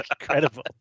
incredible